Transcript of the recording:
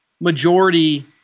majority